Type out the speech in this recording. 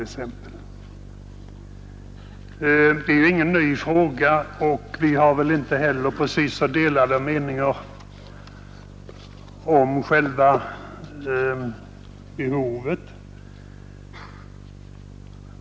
Det är ingen ny fråga, och meningarna är inte heller så delade om behovet.